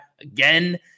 Again